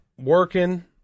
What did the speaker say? working